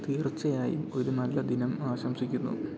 തീര്ച്ചയായും ഒരു നല്ല ദിനം ആശംസിക്കുന്നു